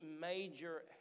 major